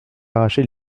arracher